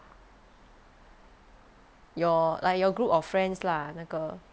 your like your group of friends lah 那个